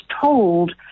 told